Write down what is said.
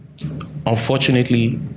Unfortunately